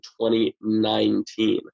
2019